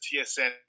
TSN